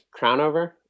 Crownover